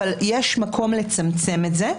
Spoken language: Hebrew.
אבל יש מקום לצמצם את זה,